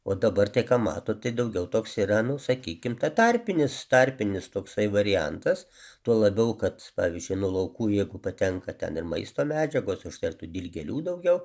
o dabar tai ką matot tai daugiau toks yra nu sakykim ta tarpinis tarpinis toksai variantas tuo labiau kad pavyzdžiui nuo laukų jeigu patenka ten ir maisto medžiagos užtai ir tų dilgėlių daugiau